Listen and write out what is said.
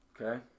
Okay